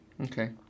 Okay